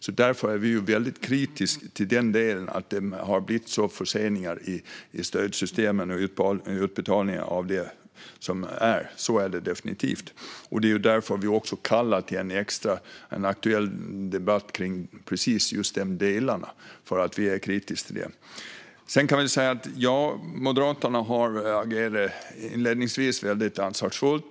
Vi är väldigt kritiska till att det har blivit stora förseningar i stödsystemen och i utbetalningarna av dem. Så är det definitivt. Eftersom vi är kritiska har vi begärt en särskild debatt om just detta. Moderaterna agerade inledningsvis väldigt ansvarsfullt.